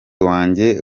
wanjye